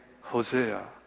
Hosea